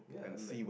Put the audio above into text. yeah like